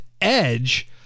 Edge